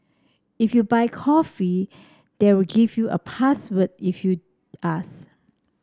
if you buy a coffee they'll give you a password if you ask